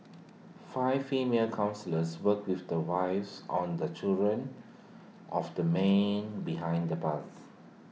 five female counsellors worked with the wives on the children of the men behind the bars